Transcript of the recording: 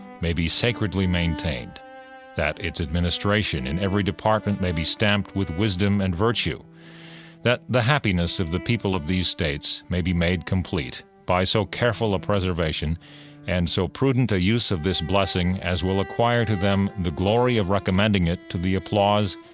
may be sacredly maintained that its administration in every department may be stamped with wisdom and virtue that the happiness of the people of these states may be made complete by so careful a preservation and so prudent a use of this blessing as will acquire to them the glory of recommending it to the applause,